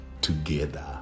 together